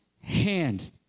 hand